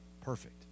perfect